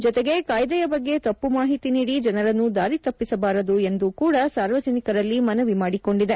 ಜತೆಗೆ ಕಾಯ್ದೆಯ ಬಗ್ಗೆ ತಪ್ಪು ಮಾಹಿತಿ ನೀದಿ ಜನರನ್ನು ದಾರಿ ತಪ್ಪಿಸಬಾರದು ಎಂದು ಕೂಡ ಸಾರ್ವಜನಿಕರಲ್ಲಿ ಮನವಿ ಮಾದಿಕೊಂಡಿದೆ